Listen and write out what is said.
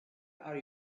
are